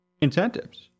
Incentives